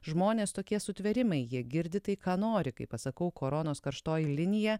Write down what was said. žmonės tokie sutvėrimai jie girdi tai ką nori kai pasakau koronos karštoji linija